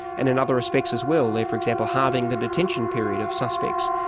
and in other respects as well, they're for example, halving the detention period of suspects.